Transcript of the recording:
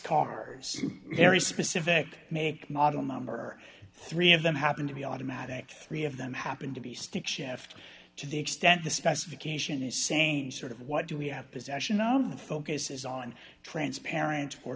cars very specific make model number three of them happen to be automatic three of them happen to be stick shift to the extent the specification is same sort of what do we have possession of the focus is on transparent or